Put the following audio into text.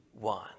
one